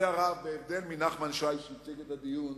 בהבדל מנחמן שי, שהציג את הדיון,